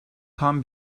tam